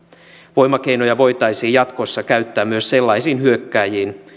voimakeinoja voitaisiin jatkossa käyttää myös sellaisiin hyökkääjiin